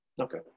Okay